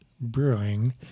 Brewing